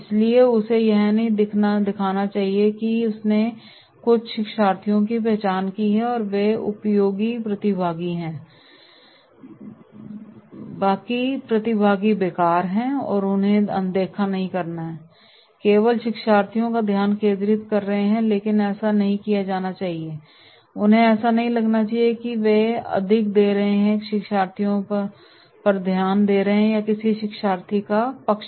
इसलिए उसे यह नहीं दिखाना चाहिए कि हाँ उसने कुछ शिक्षार्थियों की पहचान की है और वे उपयोगी प्रतिभागी हैं बाकी प्रतिभागी बेकार हैं और इसलिए उन्हें अनदेखा कर रहे हैं और केवल शिक्षार्थियों पर ध्यान केंद्रित कर रहे हैं लेकिन ऐसा नहीं किया जाना चाहिए उन्हें ऐसा नहीं लगना चाहिए कि वह अधिक दे रहे हैं शिक्षार्थियों का ध्यान या पक्ष